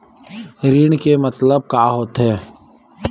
ऋण के मतलब का होथे?